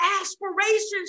aspirations